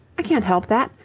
i can't help that.